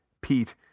pete